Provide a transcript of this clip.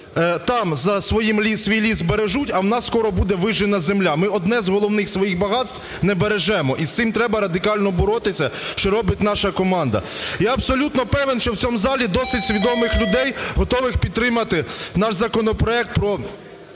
про те, що там свій ліс бережуть, а в нас скоро буде вижжена земля. Ми одне з головних своїх багатств не бережемо і з цим треба радикально боротися, що робить наша команда. Я абсолютно певен, що в цьому залі досить свідомих людей, готових підтримати наш законопроект про